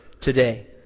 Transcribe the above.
today